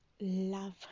love